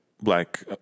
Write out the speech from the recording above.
black